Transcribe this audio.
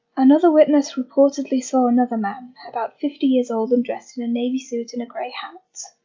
another witness reportedly saw another man, about fifty years old and dressed in a navy suit and a grey hat,